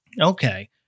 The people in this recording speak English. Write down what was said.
Okay